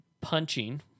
punching